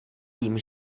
vím